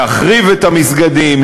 להחריב את המסגדים,